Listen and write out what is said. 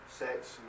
sex